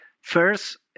First